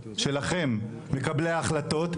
שלכם מקבלי ההחלטות,